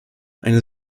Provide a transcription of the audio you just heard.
eine